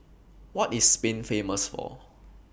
What IS Spain Famous For